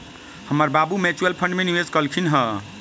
हमर बाबू mutual fund में निवेश कलखिंन्ह ह